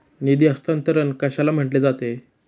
निधी हस्तांतरण कशाला म्हटले जाते?